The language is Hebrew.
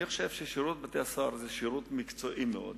אני חושב ששירות בתי-הסוהר הוא שירות מקצועי מאוד,